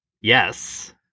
Yes